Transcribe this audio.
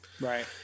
Right